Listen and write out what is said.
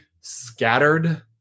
scattered